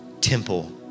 temple